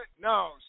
No